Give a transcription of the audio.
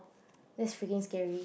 that's freaking scary